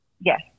Yes